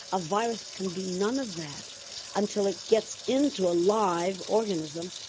a virus can do none of that until it gets into a live organism,